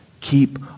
Keep